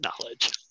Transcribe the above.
knowledge